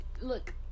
Look